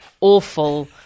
awful